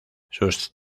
sus